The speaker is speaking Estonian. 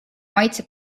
maitse